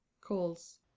calls